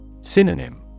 Synonym